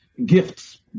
Gifts